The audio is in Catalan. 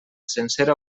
sencera